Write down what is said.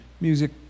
music